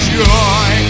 joy